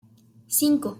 cinco